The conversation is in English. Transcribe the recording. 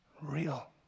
real